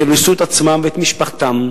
הם פרנסו את עצמם ואת משפחתם.